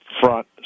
front